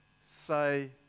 say